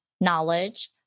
knowledge